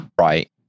right